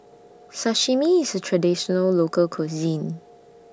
Sashimi IS A Traditional Local Cuisine